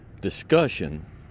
discussion